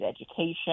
education